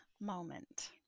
moment